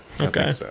Okay